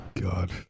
God